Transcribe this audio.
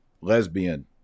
lesbian